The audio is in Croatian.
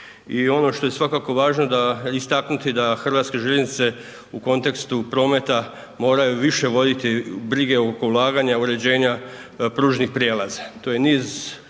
I ono što je svakako važno istaknuti da Hrvatske željeznice u kontekstu prometa moraju više voditi brige oko ulaganja i uređenja pružnih prijelaza. To je niz